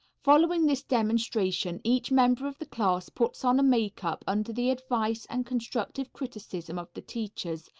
following this demonstration, each member of the class puts on a makeup under the advice and constructive criticism of the teachers,